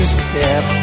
step